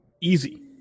easy